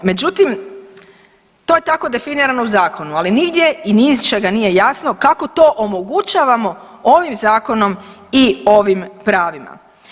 Međutim, to je tako definirano u zakonu ali nigdje i ni iz čega nije jasno kako to omogućavamo ovim zakonom i ovim pravima.